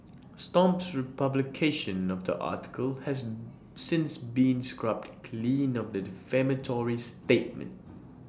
stomp's republication of the article has since been scrubbed clean of the defamatory statement